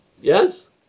Yes